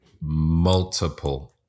multiple